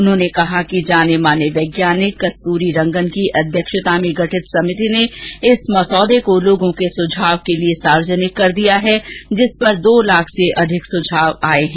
उन्होंने कहा कि जाने माने वैज्ञानिक कस्तूरीरंगन की अध्यक्षता में गठित समिति ने इस मसौदे को लोगों के सुझाव के लिए सार्वजनिक कर दिया है जिस पर दो लाख से अधिक सुझाव आये हैं